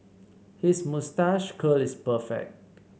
his moustache curl is perfect